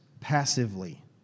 Passively